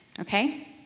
okay